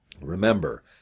Remember